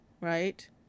right